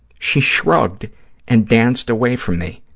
she shrugged and danced away from me.